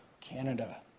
Canada